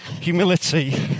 humility